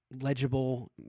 legible